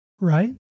right